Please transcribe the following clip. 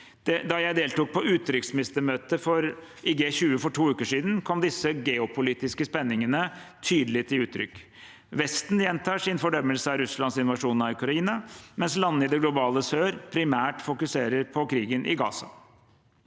Da jeg deltok på utenriksministermøtet i G20 for to uker siden, kom disse geopolitiske spenningene tydelig til uttrykk. Vesten gjentar sin fordømmelse av Russlands invasjon av Ukraina, mens landene i det globale sør primært fokuserer på krigen i Gaza.